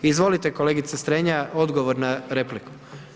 Izvolite kolegice Strenja, odgovor na repliku.